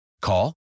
Call